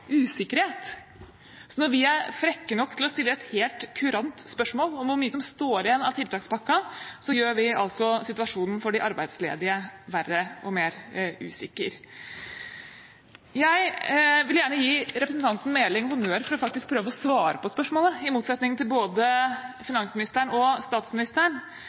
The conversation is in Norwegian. usikkerhet. Når vi er frekke nok til å stille et helt kurant spørsmål om hvor mye som står igjen av tiltakspakken, gjør vi altså situasjonen for de arbeidsledige verre og mer usikker. Jeg vil gjerne gi representanten Meling honnør for faktisk å prøve å svare på spørsmålet, i motsetning til både finansministeren og statsministeren.